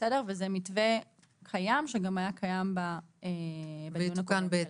זה מתווה שהיה גם קיים --- הוא יתוקן בהתאם.